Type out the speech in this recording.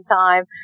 time